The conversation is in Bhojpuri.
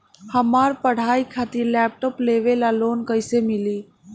हमार पढ़ाई खातिर लैपटाप लेवे ला लोन कैसे मिली?